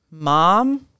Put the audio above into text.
mom